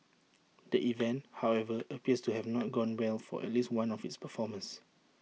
the event however appears to have not gone well for at least one of its performers